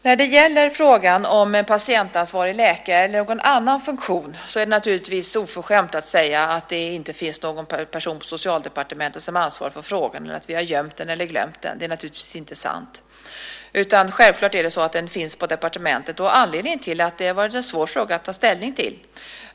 När det gäller frågan om patientansvarig läkare eller någon annan funktion är det naturligtvis oförskämt att säga att det inte finns någon person på Socialdepartementet som har ansvar för frågan eller att vi har gömt den eller glömt den. Det är naturligtvis inte sant. Självklart finns den på departementet. Det har varit en svår fråga att ta ställning till.